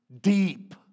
deep